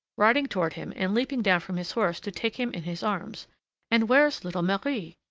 riding toward him and leaping down from his horse to take him in his arms and where's little marie?